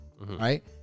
right